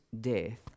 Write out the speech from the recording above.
death